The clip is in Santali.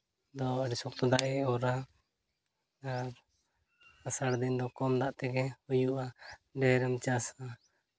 ᱫᱚ ᱟᱹᱰᱤ ᱥᱚᱠᱛᱚ ᱫᱟᱨᱮ ᱚᱨᱟ ᱟᱨ ᱟᱥᱟᱲ ᱫᱤᱱ ᱫᱚ ᱠᱚᱢ ᱫᱟᱜ ᱛᱮᱜᱮ ᱦᱩᱭᱩᱜᱼᱟ ᱰᱷᱮᱨ ᱮᱢ ᱪᱟᱥᱼᱟ